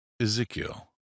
Ezekiel